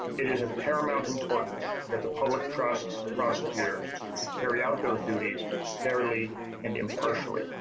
it is a paramount importance that the public trusts prosecutors to carry out those duties fairly and impartially.